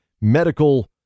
medical